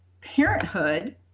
parenthood